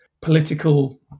political